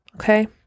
Okay